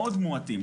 מאוד מועטים,